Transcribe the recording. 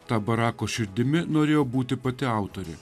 ta barako širdimi norėjo būti pati autorė